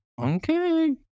Okay